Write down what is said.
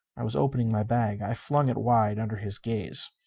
i was opening my bag. i flung it wide under his gaze.